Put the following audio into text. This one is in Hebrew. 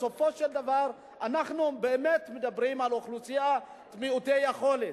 בסופו של דבר אנחנו באמת מדברים על אוכלוסיית מעוטי יכולת,